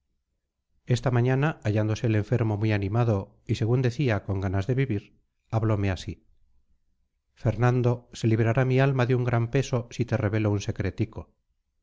esta mañana hallándose el enfermo muy animado y según decía con ganas de vivir hablome así fernando se librará mi alma de un gran peso si te revelo un secretico